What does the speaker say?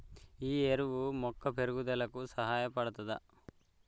ఈ ఎరువు మొక్క పెరుగుదలకు సహాయపడుతదా?